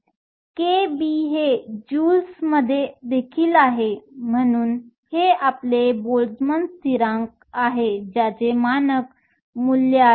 Kb हे ज्यूल्समध्ये देखील आहे म्हणून हे आपले बोल्ट्झमन स्थिरांक आहे ज्याचे मानक मूल्य आहे